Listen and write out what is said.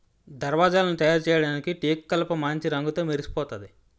దర్వాజలను తయారుచేయడానికి టేకుకలపమాంచి రంగుతో మెరిసిపోతాది